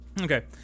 Okay